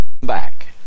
back